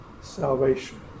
salvation